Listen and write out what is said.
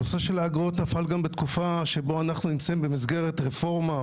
הנושא של האגרות נפל גם בתקופה שבה אנחנו נמצאים במסגרת של רפורמה,